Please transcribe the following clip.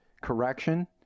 correction